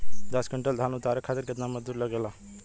दस क्विंटल धान उतारे खातिर कितना मजदूरी लगे ला?